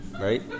right